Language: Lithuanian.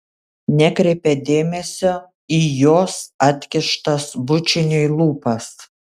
nekreipia dėmesio į jos atkištas bučiniui lūpas